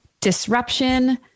disruption